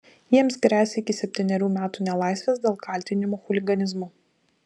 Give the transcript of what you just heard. jiems gresia iki septynerių metų nelaisvės dėl kaltinimų chuliganizmu